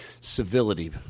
civility